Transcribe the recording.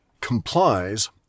complies